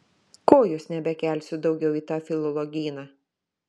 kojos nebekelsiu daugiau į tą filologyną